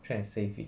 try and save it